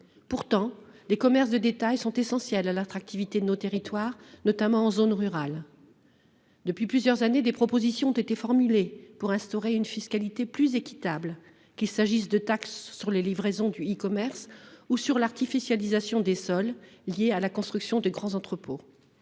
Pourtant, les commerces de détail sont essentiels à l’attractivité de nos territoires, notamment en zone rurale. Depuis plusieurs années, des propositions ont été formulées pour instaurer une fiscalité plus équitable. Nous avons notamment envisagé la création de taxes sur les livraisons du e commerce ou sur l’artificialisation des sols liée à la construction de grands entrepôts,